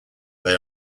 they